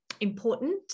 important